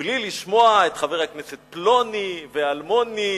בלי לשמוע את חבר הכנסת פלוני ואלמוני